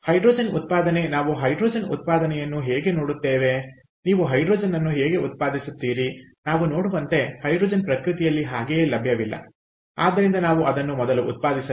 hydrogen ಉತ್ಪಾದನೆ ನಾವು hydrogen ಉತ್ಪಾದನೆಯನ್ನು ಹೇಗೆ ನೋಡುತ್ತೇವೆ ನೀವು ಹೈಡ್ರೋಜನ್ ಅನ್ನು ಹೇಗೆ ಉತ್ಪಾದಿಸುತ್ತೀರಿ ನಾವು ನೋಡುವಂತೆ ಹೈಡ್ರೋಜನ್ ಪ್ರಕೃತಿಯಲ್ಲಿ ಹಾಗೆಯೇ ಲಭ್ಯವಿಲ್ಲ ಆದ್ದರಿಂದ ನಾವು ಅದನ್ನು ಮೊದಲು ಉತ್ಪಾದಿಸಬೇಕು